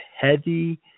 heavy